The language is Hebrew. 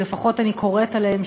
שלפחות אני קוראת עליהם,